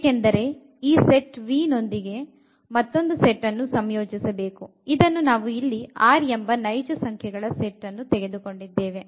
ಏಕೆಂದರೆ ಈ set V ನೊಂದಿಗೆ ಮತ್ತೊಂದು ಸೆಟ್ ಅನ್ನು ಸಂಯೋಜಿಸಬೇಕು ಇದನ್ನು ನಾವು ಇಲ್ಲಿ R ಎಂಬ ನೈಜ ಸಂಖ್ಯೆಗಳ ಸೆಟ್ ಅನ್ನು ತೆಗೆದುಕೊಂಡಿದ್ದೇವೆ